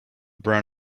brown